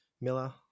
Miller